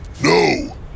No